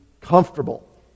comfortable